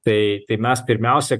tai tai mes pirmiausia